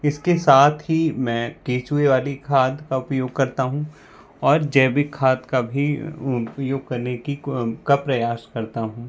इसके साथ ही मैं केचुए वाली खाद का उपयोग करता हूँ और जैविक खाद का भी उपयोग करने की को का प्रयास करता हूँ